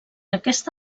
aquesta